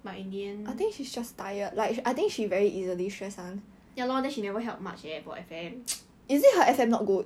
but in the end ya lor then she never help much leh F_M